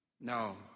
No